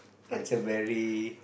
that's a very